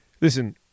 listen